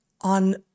on